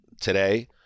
today